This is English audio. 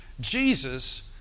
Jesus